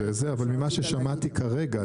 אבל ממה ששמעתי כרגע,